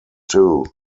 two